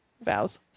vows